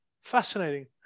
Fascinating